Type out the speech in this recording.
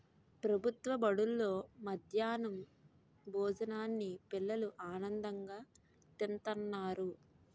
ప్రభుత్వ బడుల్లో మధ్యాహ్నం భోజనాన్ని పిల్లలు ఆనందంగా తింతన్నారు